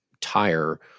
tire